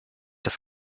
das